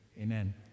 amen